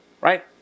Right